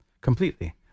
completely